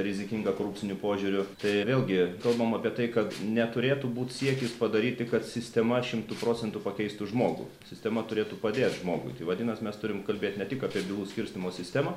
rizikinga korupciniu požiūriu tai vėlgi kalbam apie tai kad neturėtų būti siekis padaryti kad sistema šimtu procentų pakeistų žmogų sistema turėtų padėt žmogui tai vadinasi mes turim kalbėti ne tik apie bylų skirstymo sistemą